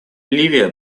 ливия